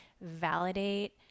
validate